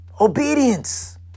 obedience